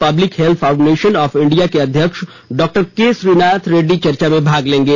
public health foundation of India के अध्यक्ष doctor K Srinath Reddy चर्चा में भाग लेंगे